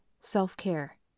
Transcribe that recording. Self-Care